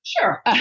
Sure